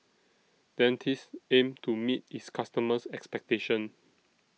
Dentiste aims to meet its customers' expectations